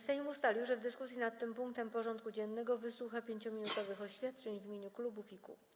Sejm ustalił, że w dyskusji nad tym punktem porządku dziennego wysłucha 5-minutowych oświadczeń w imieniu klubów i kół.